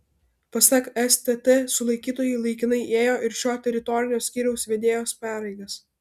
pasak stt sulaikytoji laikinai ėjo ir šio teritorinio skyriaus vedėjos pareigas